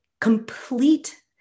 complete